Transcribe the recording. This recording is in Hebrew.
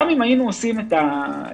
גם אם היינו עושים את הרטרואקטיבי,